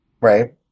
right